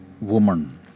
Woman